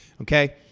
Okay